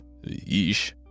yeesh